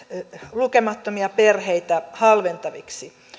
lukemattomia perheitä halventaviksi